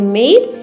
made